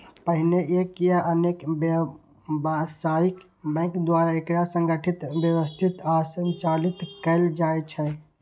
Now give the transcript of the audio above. पहिने एक या अनेक व्यावसायिक बैंक द्वारा एकरा संगठित, व्यवस्थित आ संचालित कैल जाइ छै